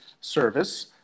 Service